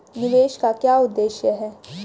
निवेश का उद्देश्य क्या है?